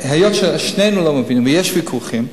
היות ששנינו לא מבינים ויש ויכוחים,